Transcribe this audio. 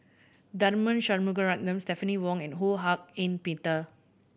Tharman Shanmugaratnam Stephanie Wong and Ho Hak Ean Peter